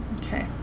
Okay